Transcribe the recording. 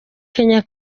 kenya